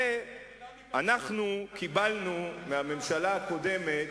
אנחנו קיבלנו מהממשלה הקודמת,